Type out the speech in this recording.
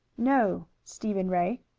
no, stephen ray,